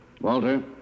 Walter